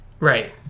Right